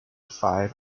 five